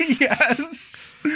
Yes